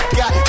got